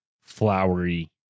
flowery